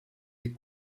est